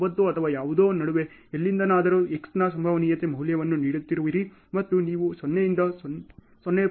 9 ಅಥವಾ ಯಾವುದೋ ನಡುವೆ ಎಲ್ಲಿಂದಲಾದರೂ X ನ ಸಂಭವನೀಯತೆ ಮೌಲ್ಯವನ್ನು ನೀಡುತ್ತಿರುವಿರಿ ಮತ್ತು ನೀವು 0 ರಿಂದ 0